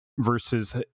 versus